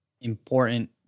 important